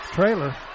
Trailer